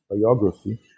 biography